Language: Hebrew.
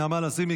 נעמה לזימי,